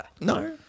No